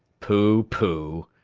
pooh! pooh!